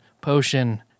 potion